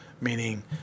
meaning